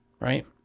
right